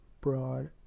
Broad